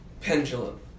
Pendulum